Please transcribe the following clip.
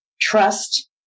Trust